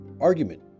argument